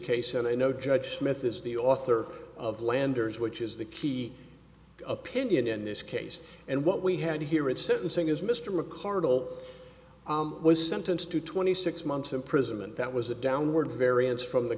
case and i know judge smith is the author of landers which is the key opinion in this case and what we had here at sentencing is mr mcardle was sentenced to twenty six months imprisonment that was a downward variance from the